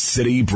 City